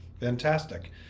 Fantastic